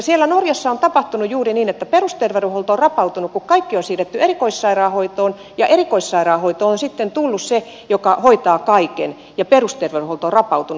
siellä norjassa on tapahtunut juuri niin että perusterveydenhuolto on rapautunut kun kaikki on siirretty erikoissairaanhoitoon erikoissairaanhoidosta on tullut se joka hoitaa kaiken ja perusterveydenhuolto on rapautunut